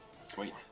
Sweet